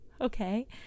okay